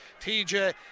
TJ